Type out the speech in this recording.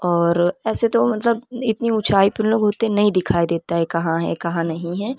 اور ایسے تو مطلب اتنی اونچائی پہ وہ لوگ ہوتے ہیں نہیں دکھائی دیتا ہے کہاں ہے کہاں نہیں ہے